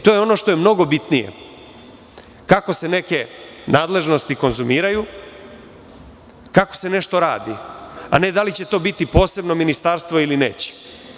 To je ono što je mnogo bitnije, kako se neke nadležnosti konzumiraju, kako se nešto radi, a ne da li će to biti posebno ministarstvo ili neće.